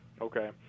okay